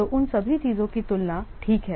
तो उन सभी चीजों की तुलना ठीक है